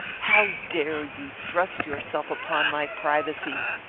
how dare you thrust yourself upon my privacy?